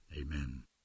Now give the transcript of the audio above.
amen